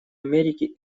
америки